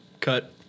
cut